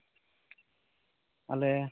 ᱟᱞᱮ